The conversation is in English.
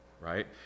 right